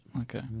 Okay